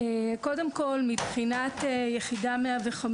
קודם כל מבחינת יחידה 105,